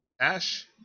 Ash